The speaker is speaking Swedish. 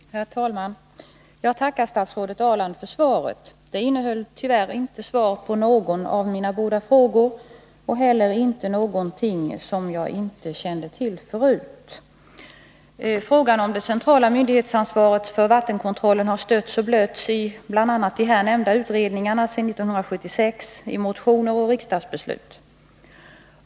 Herr talman! Jag tackar statsrådet Ahrland för svaret. Det innehöll tyvärr inte svar på någon av mina båda frågor och inte heller någonting som jag inte kände till förut. Frågan om det centrala myndighetsansvaret för vattenkontrollen har stötts och blötts i bl.a. de här nämnda utredningarna sedan 1976, i motioner och riksdagsbeslut.